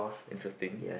interesting